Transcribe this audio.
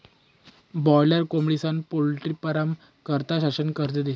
boiler कोंबडीस्ना poultry फारमं करता शासन कर्ज देस